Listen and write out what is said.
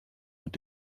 mit